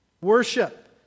worship